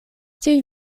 tiuj